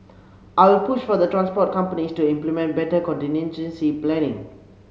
I will push for the transport companies to implement better contingency planning